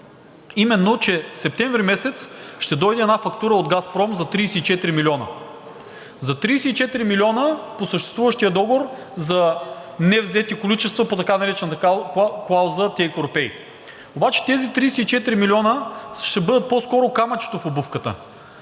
именно, че септември месец ще дойде една фактура от „Газпром“ за 34 милиона. За 34 милиона по съществуващия договор за невзети количества по така наречената клауза „теркорпей“. Обаче тези 34 милиона ще бъдат по-скоро камъчето в обувката.